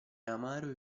amaro